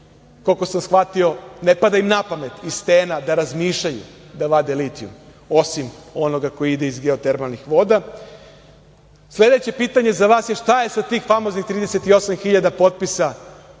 koliko sam shvatio ne pada im na pamet iz stena da vade litujum, osim onoga koji ide iz geotermalnih voda. Sledeće pitanje za vas – šta je sa tih famoznih 38 hiljada potpisa